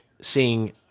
seeing